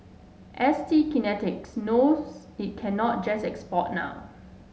S T Kinetics knows it cannot just export now